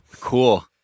cool